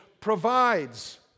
provides